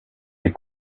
des